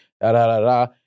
da-da-da-da